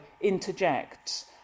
interjects